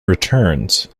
returns